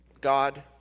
God